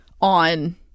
on